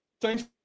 thanks